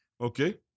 Okay